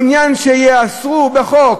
מעוניין שיאסרו בחוק,